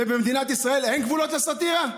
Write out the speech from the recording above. ובמדינת ישראל אין גבולות לסאטירה?